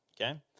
Okay